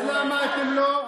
אז למה אתם לא,